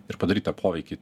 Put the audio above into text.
ir padaryt tą poveikį